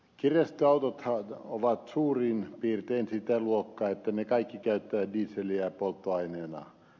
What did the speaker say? kirjastoautothan ovat suurin piirtein sitä luokkaa että ne kaikki käyttävät dieseliä polttoaineenaan